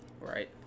Right